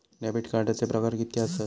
Debit कार्डचे प्रकार कीतके आसत?